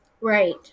Right